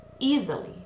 easily